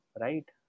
right